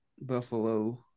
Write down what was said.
Buffalo